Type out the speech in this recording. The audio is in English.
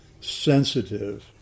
sensitive